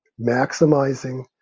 maximizing